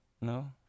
No